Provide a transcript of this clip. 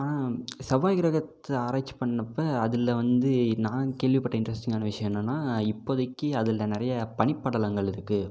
ஆனால் செவ்வாய் கிரகத்தை ஆராய்ச்சி பண்ணப்போ அதில் வந்து நான் கேள்விப்பட்ட இன்ட்ரஸ்டிங்கான விஷயம் என்னென்னா இப்போதிக்கு அதில் நிறைய பனி படலங்கள் இருக்குது